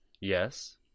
Yes